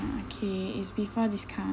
okay it's before discount